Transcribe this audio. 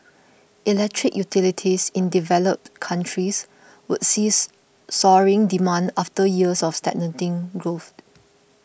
Electric Utilities in developed countries would sees soaring demand after years of stagnating growth